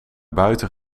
buiten